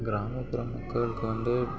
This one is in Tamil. கிராமப்புற மக்களுக்கு வந்து